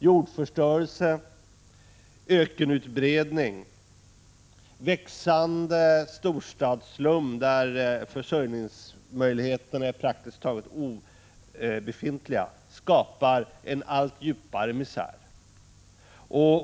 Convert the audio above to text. Jordförstörel Internationellt se, ökenutbredning, växande storstadsslum, där försörjningsmöjligheterna utvecklingssarnarbete m.m. praktiskt taget är obefintliga, skapar en allt djupare misär.